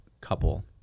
couple